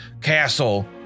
castle